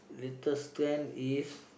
latest trend is